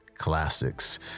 Classics